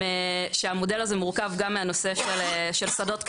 שהמודל הזה מורכב גם מהנושא של שדות קליניים,